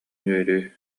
үөрүү